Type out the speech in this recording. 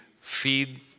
feed